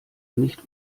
nicht